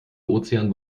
ozean